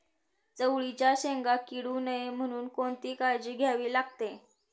चवळीच्या शेंगा किडू नये म्हणून कोणती काळजी घ्यावी लागते?